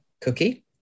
cookie